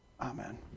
Amen